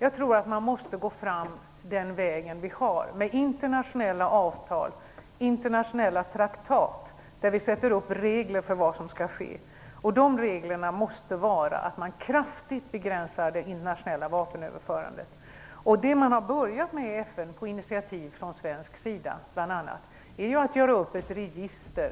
Jag tror att man måste gå fram den väg som vi har - med internationella avtal, internationella traktat, där vi sätter upp regler för vad som skall ske. De reglerna måste vara att man kraftigt begränsar det internationella vapenöverförandet. Det man börjat med i FN, bl.a. på svenskt initiativ, är ju att göra upp ett register